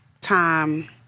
time